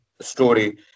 story